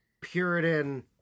Puritan